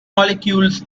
molecules